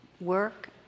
work